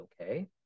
okay